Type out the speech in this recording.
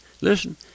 listen